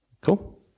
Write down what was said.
Cool